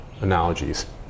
analogies